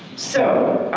so,